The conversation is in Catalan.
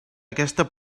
aquesta